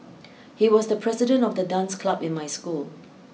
he was the president of the dance club in my school